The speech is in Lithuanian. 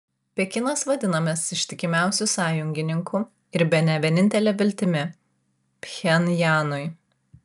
pekinas vadinamas ištikimiausiu sąjungininku ir bene vienintele viltimi pchenjanui